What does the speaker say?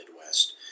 Midwest